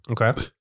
Okay